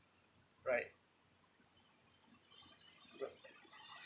right